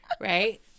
right